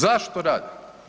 Zašto rade?